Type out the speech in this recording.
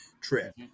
trip